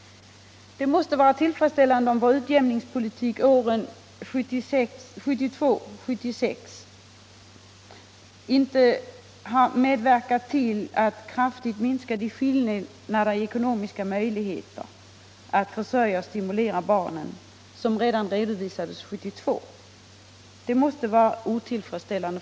Det måste vara otillfredsställande om vår utjämningspolitik åren 1972-1976 inte har medverkat till att kraftigt minska de skillnader i ekonomiska möjligheter att försörja och stimulera barnen som redovisades redan 1972.